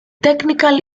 technical